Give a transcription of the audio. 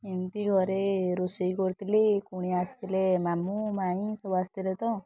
ଏମିତି ଘରେ ରୋଷେଇ କରୁଥିଲି କୁଣିଆ ଆସିଥିଲେ ମାମୁଁ ମାଇଁ ସବୁ ଆସିଥିଲେ ତ